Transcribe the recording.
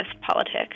politics